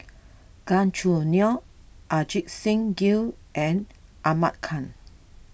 Gan Choo Neo Ajit Singh Gill and Ahmad Khan